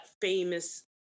famous